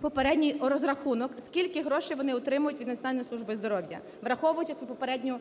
попередній розрахунок, скільки грошей вони отримують від Національної служби здоров'я, враховуючи цю попередню